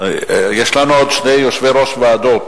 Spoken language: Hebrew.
יש לנו עוד שני יושבי-ראש ועדות